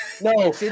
No